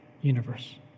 universe